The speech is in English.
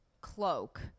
cloak